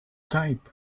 type